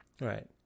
Right